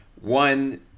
One